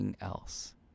else